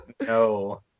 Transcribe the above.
No